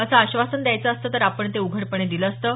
असं आश्वासन द्यायचं असतं तर आपण ते उघडपणे दिलं असतं